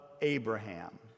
Abraham